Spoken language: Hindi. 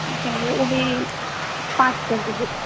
चाहिए वह भी पाँच कर दीजिए पैक